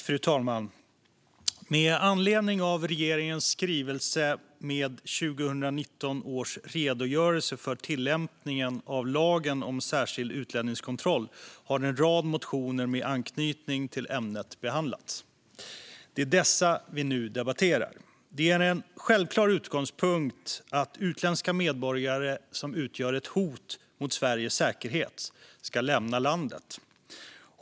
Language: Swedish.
Fru talman! Med anledning av regeringens skrivelse 2019 års redogörelse för tillämpningen av lagen om särskild utlänningskontroll har en rad motioner med anknytning till ämnet behandlats. Det är dessa vi nu debatterar. Det är en självklar utgångspunkt att utländska medborgare som utgör ett hot mot Sveriges säkerhet ska lämna landet.